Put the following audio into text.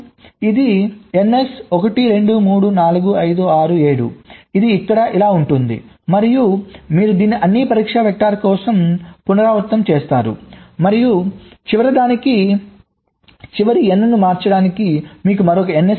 ఇది ns 1 2 3 4 5 6 7 ఇది ఇక్కడ 1 గా ఉంటుంది మరియు మీరు దీన్ని అన్ని పరీక్ష వెక్టర్స్ కోసం పునరావృతం చేస్తారు మరియు చివరిదానికి చివరి n ను మార్చడానికి మీకు మరొక ns అవసరం